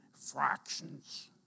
fractions